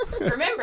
Remember